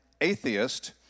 atheist